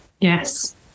Yes